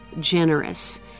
generous